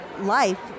life